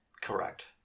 Correct